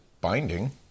binding